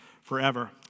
forever